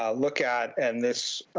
ah look at and this,